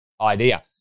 idea